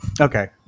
Okay